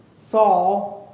Saul